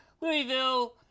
Louisville